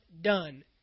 done